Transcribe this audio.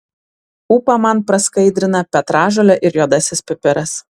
ūpą man praskaidrina petražolė ir juodasis pipiras